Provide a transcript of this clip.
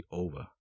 over